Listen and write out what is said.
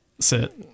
sit